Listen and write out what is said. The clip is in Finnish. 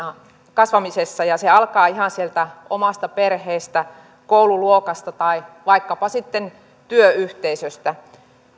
kasvamisessa ja se alkaa ihan sieltä omasta perheestä koululuokasta tai vaikkapa sitten työyhteisöstä